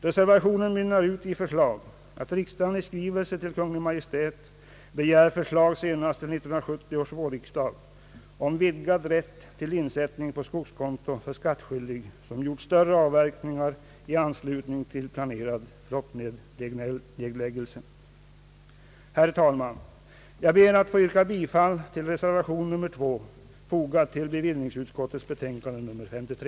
Reservationen mynnar ut i förslag att riksdagen i skrivelse till Kungl. Maj:t begär förslag senast till 1970 års vårriksdag om vidgad rätt till insättning på skogskonto för skattskyldig, som gjort större avverkningar i anslutning till planerad flottledsnedläggelse. Herr talman! Jag ber att få yrka bifall till reservationen 2, fogad till bevillningsutskottets betänkande nr 53.